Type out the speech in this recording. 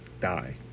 die